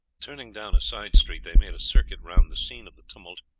turning down a side street they made a circuit round the scene of the tumult,